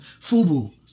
FUBU